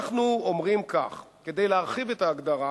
אנחנו אומרים כך: כדי להרחיב את ההגדרה